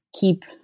keep